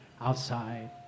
outside